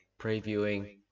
previewing